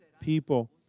people